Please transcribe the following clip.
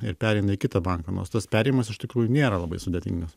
ir pereina į kitą banką nors tas perėjimas iš tikrųjų nėra labai sudėtingas